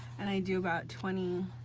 and i do about twenty,